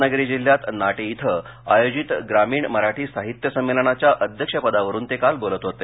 रत्नागिरी जिल्ह्यात नाटे इथं आयोजित ग्रामीण मराठी साहित्य संमेलनाच्या अध्यक्षपदावरून ते काल बोलत होते